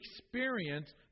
experience